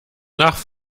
nach